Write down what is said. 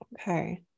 Okay